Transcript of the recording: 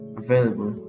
available